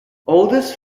oldest